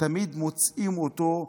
תמיד מוצאים אותו,